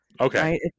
Okay